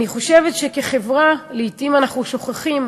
אני חושבת שכחברה, לעתים אנחנו שוכחים,